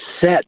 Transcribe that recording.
set